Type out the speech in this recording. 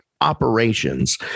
operations